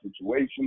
situation